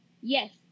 Yes